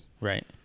Right